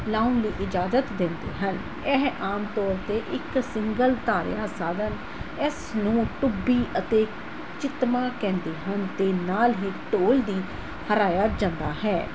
ਲਾਉਣ ਦੀ ਇਜਾਜਤ ਦਿੰਦੇ ਹਨ ਇਹ ਆਮ ਤੌਰ 'ਤੇ ਇੱਕ ਸਿੰਗਲ ਤਾਰਿਆ ਸਾਧਨ ਇਸ ਨੂੰ ਟੂਬੀ ਅਤੇ ਚਿਤਮਾਂ ਕਹਿੰਦੇ ਹਨ ਅਤੇ ਨਾਲ ਹੀ ਢੋਲ ਦੀ ਹਰਾਇਆ ਜਾਂਦਾ ਹੈ